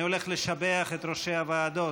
אני הולך לשבח את ראשי הוועדות,